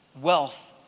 wealth